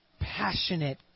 passionate